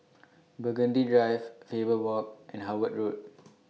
Burgundy Drive Faber Walk and Howard Road